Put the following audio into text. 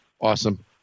Awesome